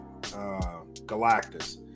galactus